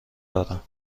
دارم